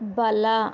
ಬಲ